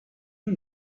who